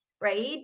right